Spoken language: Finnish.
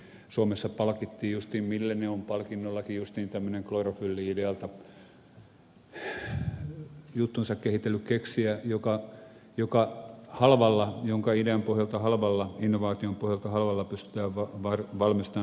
suomessa palkittiin justiin millennium palkinnollakin tämmöinen klorofylli ideasta juttunsa kehitellyt keksijä jonka idean innovaation pohjalta halvalla pystytään valmistamaan näitä juttuja